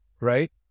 Right